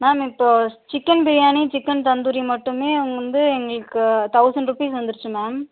ma'am இப்போ chicken biryani chicken tandoori மட்டுமே வந்து எங்களுக்கு தௌசண்ட் ருபீஸ் வந்துடுச்சு மேம்